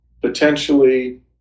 potentially